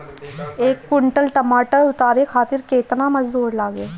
एक कुंटल टमाटर उतारे खातिर केतना मजदूरी लागी?